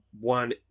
one